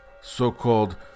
so-called